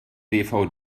dvd